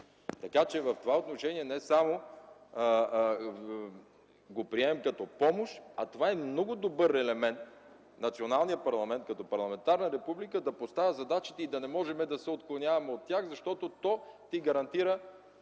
Така че в това отношение не само го приемам като помощ, а това е много добър елемент националният парламент, като парламентарна република, да поставя задачите и да не можем да се отклоняваме от тях, защото то гарантира